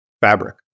fabric